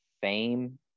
fame